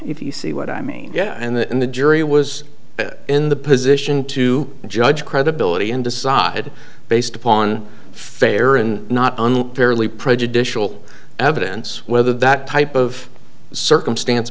you see what i mean yeah and that in the jury was in the position to judge credibility and decide based upon fair and not fairly prejudicial evidence whether that type of circumstance